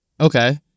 Okay